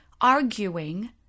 arguing